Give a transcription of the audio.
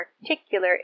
particular